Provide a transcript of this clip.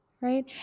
Right